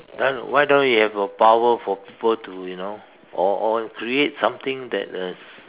then why don't you have a power for people to you know or or create something that is